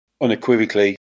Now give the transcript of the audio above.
unequivocally